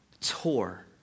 tore